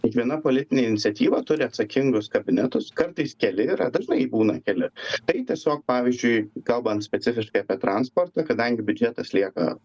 kiekviena politinė iniciatyva turi atsakingus kabinetus kartais keli yra dažnai būna keli tai tiesiog pavyzdžiui kalbant specifiškai apie transportą kadangi biudžetas lieka